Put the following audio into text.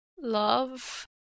love